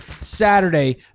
Saturday